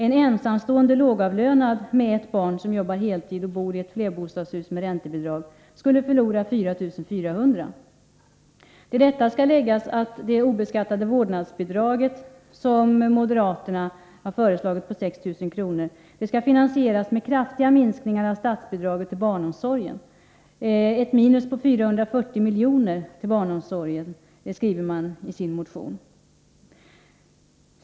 En ensamstående lågavlönad med ett barn, som jobbar heltid och som bor i ett Till detta skall läggas att det obeskattade vårdnadsbidrag på 6 000 kr. som moderaterna har föreslagit skall finansieras med kraftiga minskningar av statsbidraget till barnomsorgen. Ett minus på 440 miljoner till barnomsorgen, talar man om i sin motion.